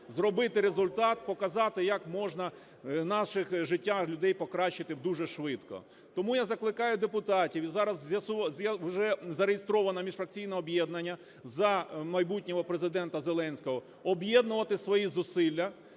зробити результат, показати, як можна наших життя людей покращити дуже швидко. Тому я закликаю депутатів, і зараз вже зареєстроване міжфракційне об'єднання за майбутнього Президента Зеленського, об'єднувати свої зусилля.